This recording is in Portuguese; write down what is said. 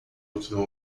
outro